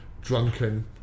drunken